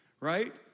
right